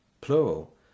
plural